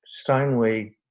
Steinway